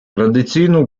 традиційно